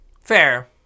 Fair